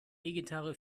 gitarre